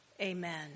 Amen